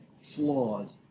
flawed